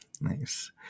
Nice